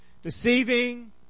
Deceiving